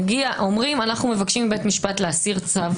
אומרים: אנחנו מבקשים מבית המשפט להסיר צו